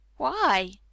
Why